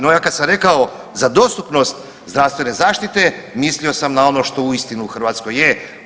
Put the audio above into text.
No, ja kad sam rekao za dostupnost zdravstvene zaštite, mislio sam na ono što uistinu u Hrvatskoj je.